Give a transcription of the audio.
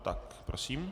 Tak prosím.